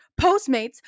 Postmates